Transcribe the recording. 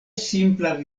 simpla